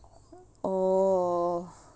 oh